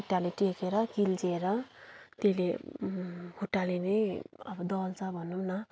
खुट्टाले टेकेर किल्चेर त्यसले खुट्टाले नै अब दल्छ भनौँ न